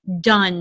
done